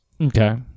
Okay